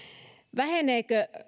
väheneekö